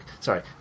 Sorry